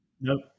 nope